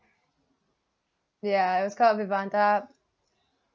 yeah it was called vivanta